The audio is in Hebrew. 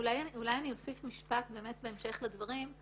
אולי אני אוסיף משפט בהמשך לדברים.